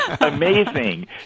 amazing